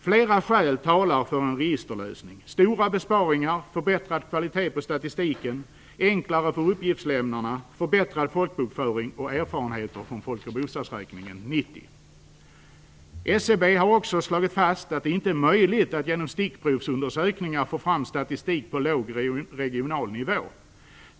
Flera skäl talar för en registerlösning: Stora besparingar, förbättrad kvalitet på statistiken, enklare för uppgiftslämnarna, förbättrad folkbokföring och erfarenheter från folk och bostadsräkningen 90. SCB har också slagit fast att det inte är möjligt att genom stickprovsundersökningar få fram statistik på låg regional nivå.